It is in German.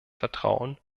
vertrauen